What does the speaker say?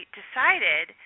decided